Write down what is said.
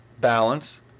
balance